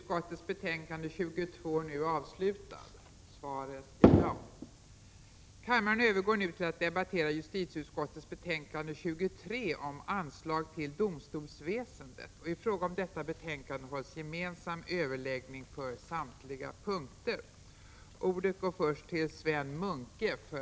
Kammaren övergår nu till att debattera justitieutskottets betänkande 29 om anslag till statsrådsberedningen m.m. I fråga om detta betänkande hålls gemensam överläggning för samtliga punkter.